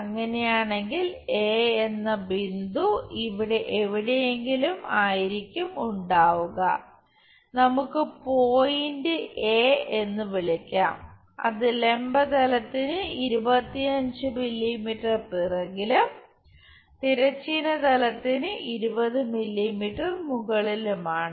അങ്ങനെയാണെങ്കിൽ എന്ന ബിന്ദു ഇവിടെ എവിടെയെങ്കിലും ആയിരിക്കും ഉണ്ടാവുക നമുക്ക് പോയിന്റ് എ എന്ന് വിളിക്കാം അത് ലംബ തലത്തിന് 25 മില്ലിമീറ്റർ പിറകിലും തിരശ്ചീന തലത്തിന് 20 മില്ലിമീറ്റർ മുകളിലുമാണ്